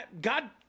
God